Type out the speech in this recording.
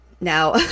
Now